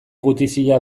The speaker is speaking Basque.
gutizia